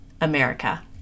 America